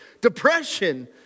depression